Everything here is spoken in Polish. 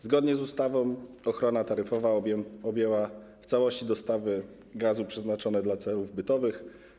Zgodnie z ustawą ochrona taryfowa objęła w całości dostawy gazu przeznaczone dla celów bytowych.